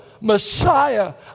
Messiah